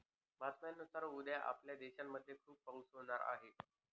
बातम्यांनुसार उद्या आपल्या देशामध्ये खूप पाऊस होणार आहे